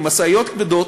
במשאיות כבדות,